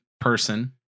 person